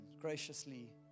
graciously